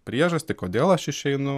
priežastį kodėl aš išeinu